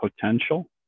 potential